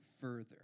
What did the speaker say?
further